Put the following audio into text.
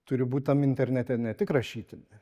turi būt tam internete ne tik rašytinė